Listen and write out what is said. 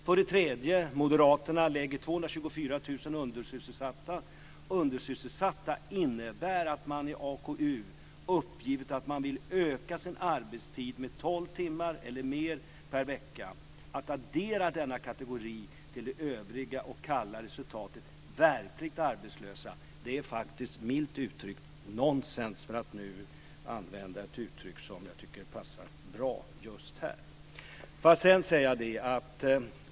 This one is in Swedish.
För det tredje: Moderaterna lägger till 224 000 AKU uppgivit att de vill öka sin arbetstid med tolv timmar eller mer per vecka. Att addera denna kategori till det övriga och kalla resultatet verkligt arbetslösa är faktiskt milt uttryckt nonsens, för att använda ett uttryck som jag tycker passar bra just här.